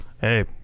Hey